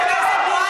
עד חמש דקות.